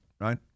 right